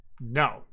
No